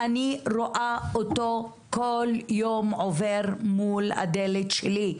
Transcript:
"אני רואה אותו כל יום עובר מול הדלת שלי".